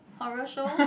horror show